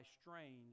strange